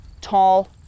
tall